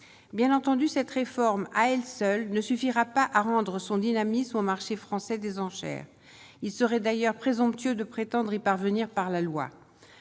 bien entendu, cette réforme, à elle seule ne suffira pas à rendre son dynamisme au marché français des enchères, il serait d'ailleurs présomptueux de prétendre y parvenir par la loi,